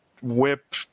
whip